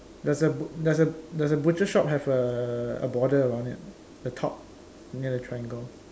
does the bu~ does the does the butcher shop have err a border around it the top near the triangle